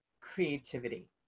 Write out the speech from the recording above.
creativity